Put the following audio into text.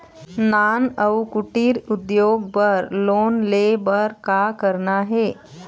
नान अउ कुटीर उद्योग बर लोन ले बर का करना हे?